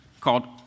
called